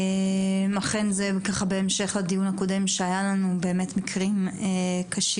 אכן זה ככה בהמשך לדיון הקודם שהיה לנו באמת מקרים קשים